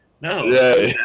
no